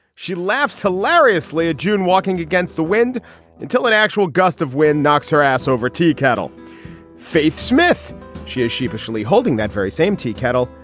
she laughs hilariously a june walking against the wind until an actual gust of wind knocks her ass over teakettle faith smith she is sheepishly holding that very same tea kettle.